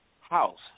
house